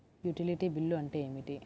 Utility bill అంటే ఏమిటి?